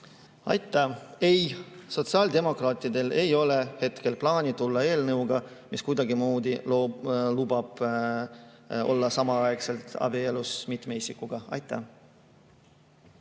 Aitäh! Ei, sotsiaaldemokraatidel ei ole hetkel plaani tulla välja eelnõuga, mis kuidagimoodi lubab olla samaaegselt abielus mitme isikuga. Aitäh!